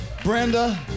Brenda